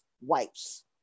wipes